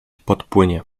podpłynie